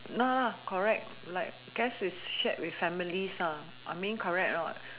nah lah correct like guess it's shared with families ah I mean correct not